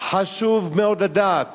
חשוב מאוד לדעת